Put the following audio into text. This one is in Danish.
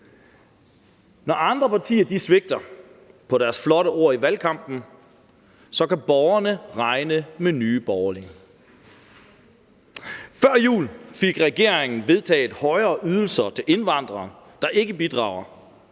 Når andre partier svigter på deres flotte ord i valgkampen, kan borgerne regne med Nye Borgerlige. Før jul fik regeringen vedtaget højere ydelser til indvandrere, der ikke bidrager,